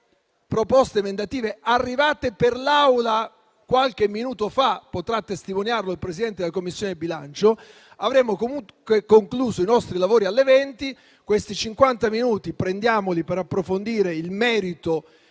proposte emendative arrivate per l'Aula qualche minuto fa, come potrà testimoniare il Presidente della Commissione bilancio. Avremmo comunque concluso i nostri lavori alle ore 20. Prendiamo dunque i 50 minuti per approfondire il merito